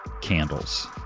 candles